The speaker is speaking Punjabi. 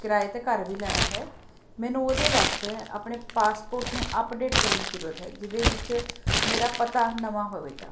ਕਿਰਾਏ 'ਤੇ ਘਰ ਵੀ ਲੈਣਾ ਹੈ ਮੈਨੂੰ ਉਹਦੇ ਵਾਸਤੇ ਆਪਣੇ ਪਾਸਪੋਰਟ ਨੂੰ ਅਪਡੇਟ ਕਰਨ ਦੀ ਜ਼ਰੂਰਤ ਹੈ ਜਿਹਦੇ ਵਿੱਚ ਮੇਰਾ ਪਤਾ ਨਵਾਂ ਹੋਵੇਗਾ